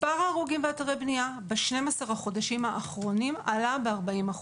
מספר ההרוגים באתרי בנייה ב-12 החודשים האחרונים עלה ב-40%.